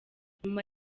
nyuma